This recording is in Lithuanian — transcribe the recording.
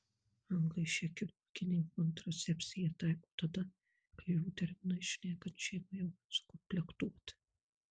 anglai šią chirurginę kontracepciją taiko tada kai jų terminais šnekant šeima jau sukomplektuota